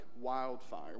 wildfire